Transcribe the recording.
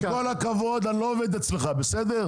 עם כל הכבוד אני לא עובד אצלך בסדר?